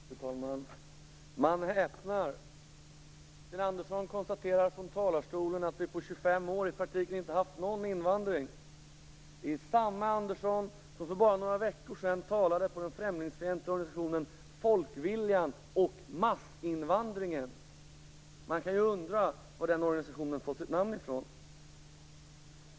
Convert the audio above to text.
Fru talman! Man häpnar! Sten Andersson konstaterar från talarstolen att vi på 25 år i praktiken inte har haft någon invandring. Det är samma Andersson som för bara några veckor sedan talade hos den främlingsfientliga organisationen Folkviljan och massinvandringen. Man kan ju undra varifrån den organisationen har fått sitt namn.